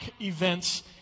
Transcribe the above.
events